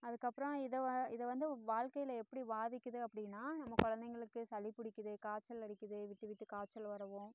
அதுக்கப்புறோம் இதை வ இதை வந்து வாழ்க்கையில் எப்படி பாதிக்குது அப்படின்னா நம்ம குழந்தைங்களுக்கு சளி பிடிக்குது காய்ச்சல் அடிக்கிது விட்டு விட்டு காய்ச்சல் வரவும்